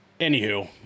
anywho